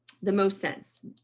the most sense.